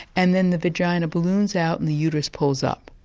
and then the vagina balloons out and the uterus pulls up.